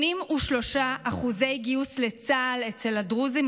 83% אחוזי הגיוס לצה"ל אצל הדרוזים,